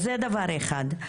אז זה דבר אחד.